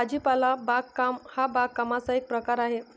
भाजीपाला बागकाम हा बागकामाचा एक प्रकार आहे